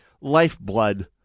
lifeblood